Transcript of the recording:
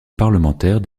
parlementaire